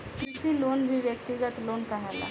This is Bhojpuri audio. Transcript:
कृषि लोन भी व्यक्तिगत लोन कहाला